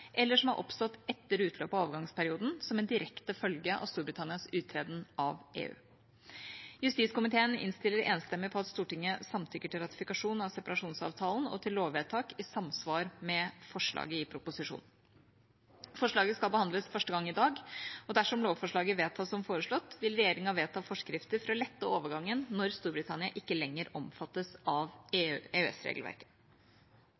eller som har oppstått etter utløpet av overgangsperioden som en direkte følge av Storbritannias uttreden av EU. Justiskomiteen innstiller enstemmig på at Stortinget samtykker til ratifikasjon av separasjonsavtalen og til lovvedtak i samsvar med forslaget i proposisjonen. Forslaget skal behandles første gang i dag. Dersom lovforslaget vedtas som foreslått, vil regjeringa vedta forskrifter for å lette overgangen når Storbritannia ikke lenger omfattes av